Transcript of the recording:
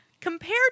Compared